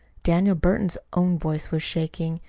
daniel burton's own voice was shaking.